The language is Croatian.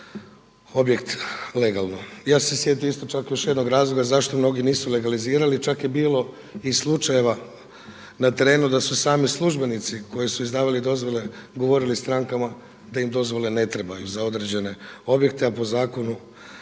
objekt legalno. Ja sam se sjetio čak još jednog razloga zašto mnogi nisu legalizirali, čak je bilo i slučajeva na terenu da su i sami službenici koji su izdavali dozvole govorili strankama da im dozvole ne trebaju za određene objekte, a po zakonu